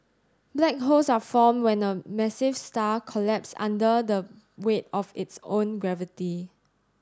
black holes are formed when a massive star collapses under the weight of its own gravity